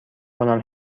کنم